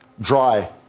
dry